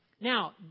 Now